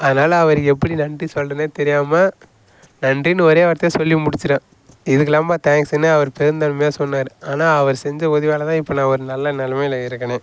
அதனால் அவருக்கு எப்படி நன்றி சொல்கிறதுன்னே தெரியாமல் நன்றின்னு ஒரே வார்த்தையாக சொல்லி முடிச்சுட்டேன் இதுக்கெல்லாமா தேங்க்ஸுன்னு அவர் பெருந்தன்மையாக சொன்னார் ஆனால் அவர் செஞ்ச உதவியால் தான் இப்போ நான் ஒரு நல்ல நெலமையில் இருக்கேனே